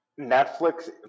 Netflix